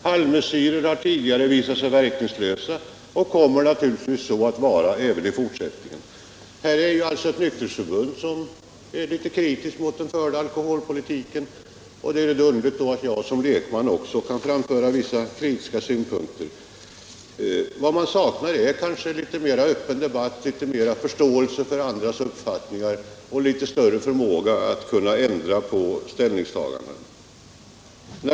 Halvmesyrer har tidigare visat sig verkningslösa och kommer naturligtvis att så vara även i fortsättningen.” Här rör det sig alltså om ett nykterhetsförbund som är litet kritiskt mot den förda alkoholpolitiken. Är det då underligt att jag som lekman kan framföra vissa kritiska synpunkter? Vad man saknar är kanske en litet mer öppen debatt, litet mera förståelse för andras uppfattningar och litet större förmåga att kunna ändra på sina ställningstaganden.